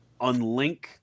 unlink